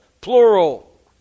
plural